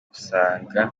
gusanga